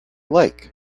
like